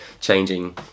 changing